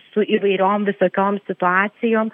su įvairiom visokiom situacijom